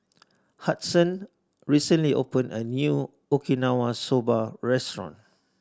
Hudson recently opened a new Okinawa Soba Restaurant